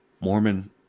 Mormon